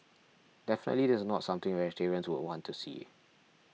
definitely this is not something vegetarians would want to see